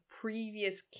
previous